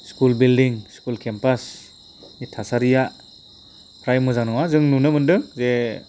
school building school केम्पासनि थासारिया फ्राय मोजां नङा जों नुनो मोनदों जे